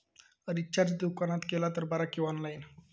Recharge दुकानात केला तर बरा की ऑनलाइन?